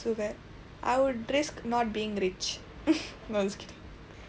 so that I would risk not being rich most